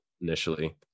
initially